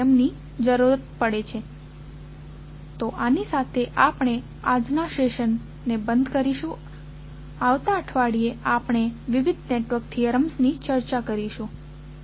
તો આની સાથે આપણે આજના સેશન ને બંધ કરીશું આવતા અઠવાડિયે આપણે વિવિધ નેટવર્ક થિયરમ ની ચર્ચા કરીશું આભાર